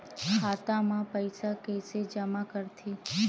खाता म पईसा कइसे जमा करथे?